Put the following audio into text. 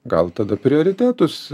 gal tada prioritetus